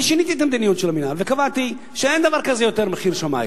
אני שיניתי את המדיניות של המינהל וקבעתי שאין דבר כזה יותר מחיר שמאי.